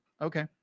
okay